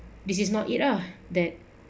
this is not it ah that